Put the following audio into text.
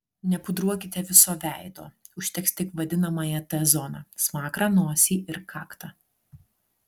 nepudruokite viso veido užteks tik vadinamąją t zoną smakrą nosį ir kaktą